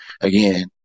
again